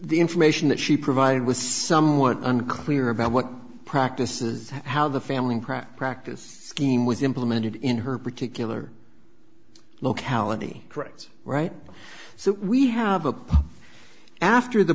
the information that she provided was somewhat unclear about what practices how the family crack practice scheme was implemented in her particular locality correct right so we have a after the